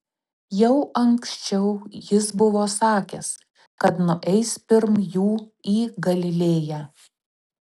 jau anksčiau jis buvo sakęs kad nueis pirm jų į galilėją